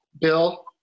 Bill